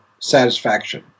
satisfaction